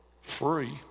free